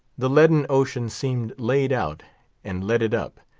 the leaden ocean seemed laid out and leaded up,